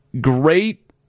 great